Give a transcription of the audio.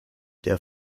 der